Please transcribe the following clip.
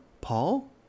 Paul